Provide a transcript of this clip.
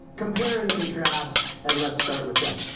compare and contrast, and let's start with deb.